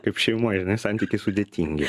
kaip šeimoj žinai santykiai sudėtingi